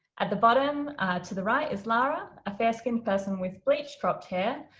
at the bottom to the right is lara, a fair-kinked person with bleached cropped hair